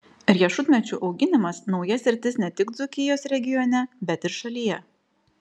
riešutmedžių auginimas nauja sritis ne tik dzūkijos regione bet ir šalyje